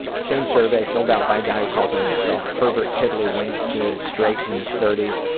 same survey filled out by a guy who calls himself herbert tiddlywink. he is straight, in his thirty s,